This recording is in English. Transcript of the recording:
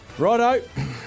Righto